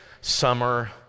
Summer